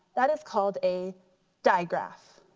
that is called a diagraph.